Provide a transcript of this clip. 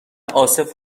عاصف